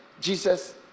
Jesus